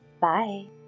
Bye